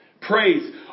praise